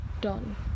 done